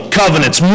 covenants